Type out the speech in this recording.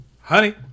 honey